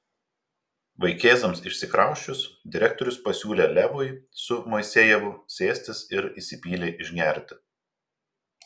vaikėzams išsikrausčius direktorius pasiūlė levui su moisejevu sėstis ir įsipylė išgerti